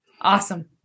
Awesome